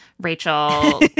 Rachel